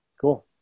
Cool